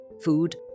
food